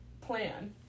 plan